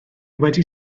wedi